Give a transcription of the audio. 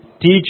teach